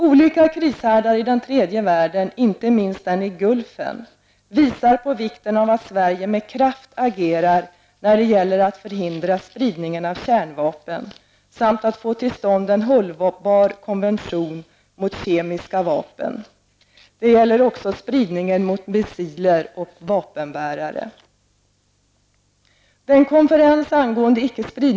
Olika krishärdar i tredje världen, inte minst i Gulfen, visar på vikten av att Sverige med kraft agerar när det gäller att förhindra spridning av kärnvapen samt för att få till stånd en hållbar konvention mot kemiska vapen. Det gäller också spridning av missiler och vapenbärare.